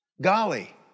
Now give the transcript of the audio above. golly